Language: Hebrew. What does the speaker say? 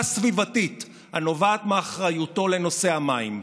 סביבתית הנובעת מאחריותו לנושא המים.